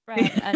Right